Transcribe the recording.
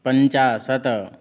पञ्चाशत्